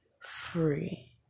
free